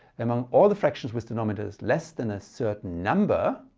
among all the fractions with denominators less than a certain number,